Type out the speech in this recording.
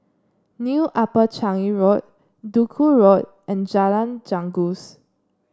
New Upper Changi Road Duku Road and Jalan Janggus